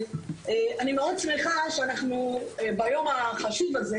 אני מאוד שמחה שאנחנו ביום החשוב הזה